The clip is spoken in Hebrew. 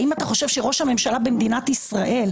האם אתה חושב שראש הממשלה במדינת ישראל,